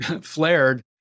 flared